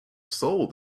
sold